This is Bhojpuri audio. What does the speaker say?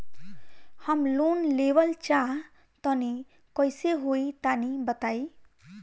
हम लोन लेवल चाह तनि कइसे होई तानि बताईं?